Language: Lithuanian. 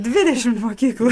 dvidešim mokyklų